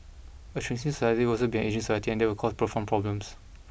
a shrinking society will also be an ageing society and that will cause profound problems